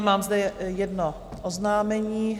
Mám zde jedno oznámení.